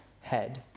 head